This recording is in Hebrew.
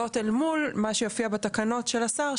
זאת אל מול מה שיופיע בתקנות של השר,